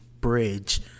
bridge